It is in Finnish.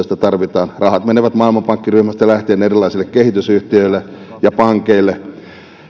sitä tarvitaan rahat menevät maailmanpankki ryhmästä lähtien erilaisille kehitysyhtiöille ja pankeille